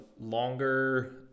longer